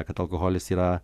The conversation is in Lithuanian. kad alkoholis yra